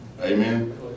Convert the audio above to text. Amen